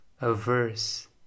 averse